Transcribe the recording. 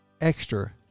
extra